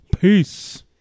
peace